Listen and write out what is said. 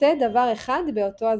עשה דבר אחד באותו זמן.